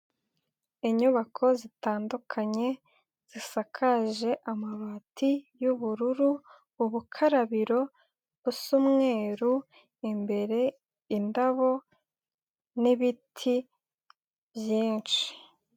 Inyubako zitandukanye zisakaje amabati y'ubururu, ubukarabiro busa umweruru, imbere hari indabo n'ibiti byinshi.